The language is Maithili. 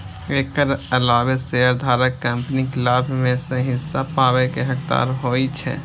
एकर अलावे शेयरधारक कंपनीक लाभ मे सं हिस्सा पाबै के हकदार होइ छै